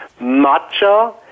matcha